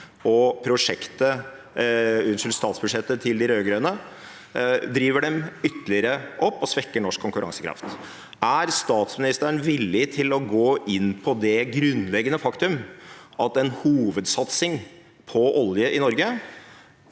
Statsbudsjettet til de rød-grønne driver dem ytterligere opp og svekker norsk konkurransekraft. Er statsministeren villig til å gå inn på det grunnleggende faktum at en hovedsatsing på olje i Norge